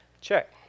check